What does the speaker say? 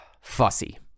fussy